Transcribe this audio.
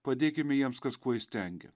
padėkime jiems kas kuo įstengia